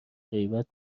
غیبت